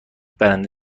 برنده